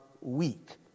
weak